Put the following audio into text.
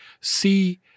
see